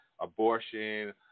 abortion